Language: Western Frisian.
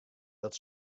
dat